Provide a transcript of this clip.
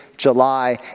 July